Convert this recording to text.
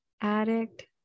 addict